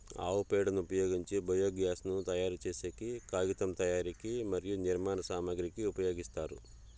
ఆవు పేడను ఉపయోగించి బయోగ్యాస్ ను తయారు చేసేకి, కాగితం తయారీకి మరియు నిర్మాణ సామాగ్రి కి ఉపయోగిస్తారు